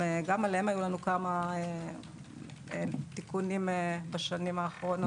גם עליהם היו לנו כמה תיקונים בשנים האחרונות.